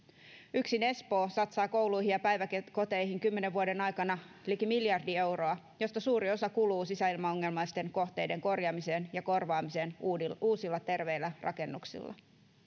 yksin espoo satsaa kouluihin ja päiväkoteihin kymmenen vuoden aikana liki miljardi euroa josta suuri osa kuuluu sisäilmaongelmaisten kohteiden korjaamiseen ja korvaamiseen uusilla uusilla terveillä rakennuksella